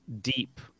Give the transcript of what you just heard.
deep